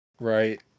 Right